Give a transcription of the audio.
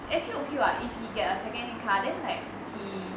actually okay what if he gets a second hand car then like he